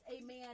Amen